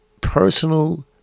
personal